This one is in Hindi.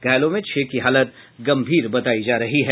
घायलों में छह की हालत गंभीर बतायी जा रही है